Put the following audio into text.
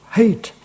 hate